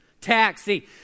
Taxi